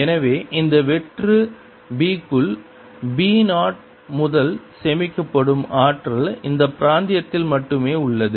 எனவே இந்த வெற்று b க்குள் b 0 முதல் சேமிக்கப்படும் ஆற்றல் இந்த பிராந்தியத்தில் மட்டுமே உள்ளது